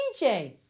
DJ